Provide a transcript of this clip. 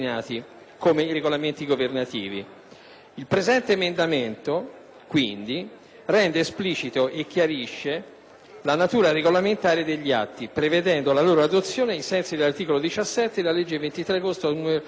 Il presente emendamento, quindi, rende esplicita e chiarisce la natura regolamentare degli atti, prevedendo la loro adozione ai sensi dell'articolo 17 della legge 23 agosto 1988, numero 400.